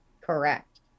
Correct